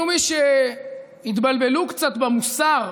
מי שהתבלבלו קצת במוסר,